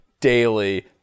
daily